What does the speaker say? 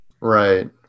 Right